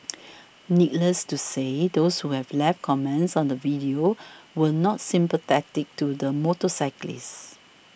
needless to say those who have left comments on the video were not sympathetic to the motorcyclist